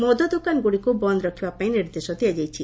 ମଦ ଦୋକାନଗୁଡ଼ିକୁ ବନ୍ଦ ରଖିବା ପାଇଁ ନିର୍ଦ୍ଦେଶ ଦିଆଯାଇଛି